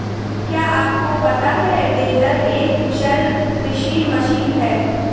क्या आपको पता है बेलर एक कुशल कृषि मशीन है?